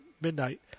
Midnight